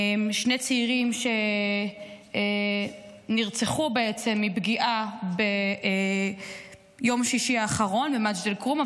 שני הצעירים שנרצחו בעצם מפגיעה ביום שישי האחרון במג'ד אל-כרום,